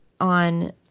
on